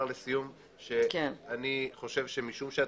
לסיום אני רוצה לומר שאני חושב שמשום שאת